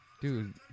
Dude